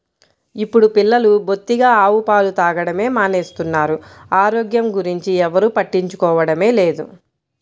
ఇప్పుడు పిల్లలు బొత్తిగా ఆవు పాలు తాగడమే మానేస్తున్నారు, ఆరోగ్యం గురించి ఎవ్వరు పట్టించుకోవడమే లేదు